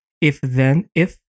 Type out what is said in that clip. If-then-if